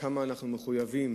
כמה אנחנו מחויבים